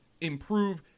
improve